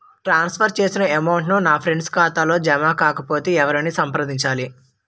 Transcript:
ట్రాన్స్ for చేసిన amount నా friend ఖాతాలో జమ కాకపొతే ఎవరిని సంప్రదించాలి?